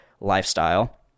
lifestyle